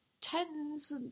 tens